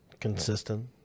Consistent